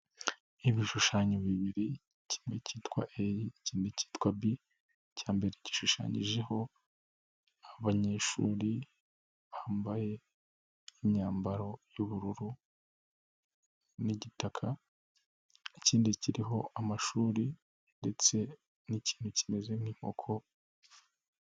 Ibishushanyo bibiri kimwe cyitwa A ikindi cyitwa B, icyambere gishushanyijeho abanyeshuri bambaye imyambaro y'ubururu nigitaka, ikindi kiriho amashuri ndetse n'ikindi kimeze nk'inkoko.